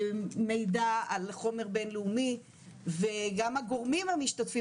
מעידה על חומר בינלאומי וגם הגורמים המשתתפים